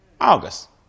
August